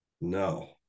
No